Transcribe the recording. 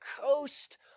coast